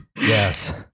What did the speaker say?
Yes